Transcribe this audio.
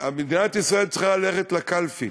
מדינת ישראל צריכה ללכת לקלפי